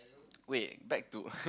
wait back to